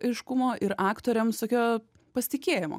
aiškumo ir aktoriams tokio pasitikėjimo